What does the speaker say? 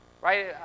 Right